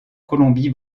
colombie